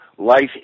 life